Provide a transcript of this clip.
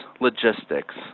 logistics